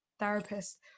Therapist